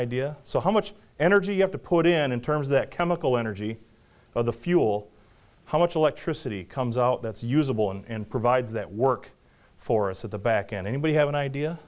idea so how much energy you have to put in in terms that chemical energy or the fuel how much electricity comes out that's usable and provides that work for us at the back end anybody have an idea